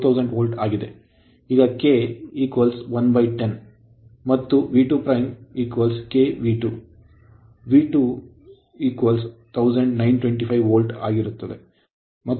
ಈಗ ಕೆ 110 ಮತ್ತು V2 K V2 ಮತ್ತು V2 1925 ವೋಲ್ಟ್ ಆಗಿರುತ್ತದೆ ಮತ್ತು ಕೋನವು 2 o